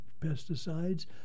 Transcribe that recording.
pesticides